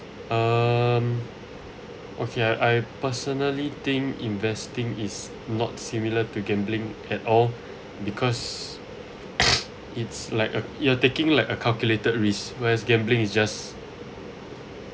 um okay I I personally think investing is not similar to gambling at all because it's like a you are taking like a calculated risk whereas gambling is just